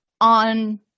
on